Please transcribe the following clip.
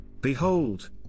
Behold